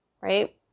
right